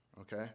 okay